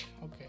Okay